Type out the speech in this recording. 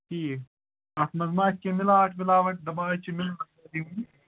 ٹھیٖک اَتھ منٛز ما کیٚنٛہہ مِلاوَٹھ وِلاوَٹ دَپان ہَے چھِ مِلک